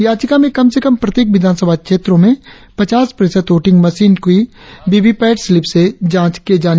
याचिका में कम से कम प्रत्येक विधानसभा क्षेत्रों में पचास प्रतिशत वोटिंग मशीन की वीवीपैठ स्लिप की जांच की जाए